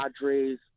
Padres